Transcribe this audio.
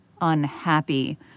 unhappy